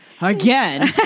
again